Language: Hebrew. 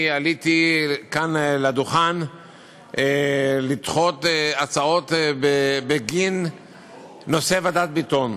עליתי כאן לדוכן כדי לדחות הצעות בנושא ועדת ביטון.